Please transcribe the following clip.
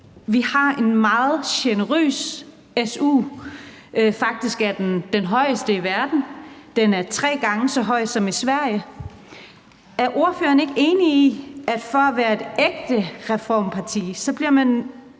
Vi har en meget generøs su, faktisk den højeste i verden – den er tre gange så høj som i Sverige. Er ordføreren ikke enig i, at for at være et ægte reformparti bliver man